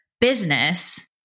business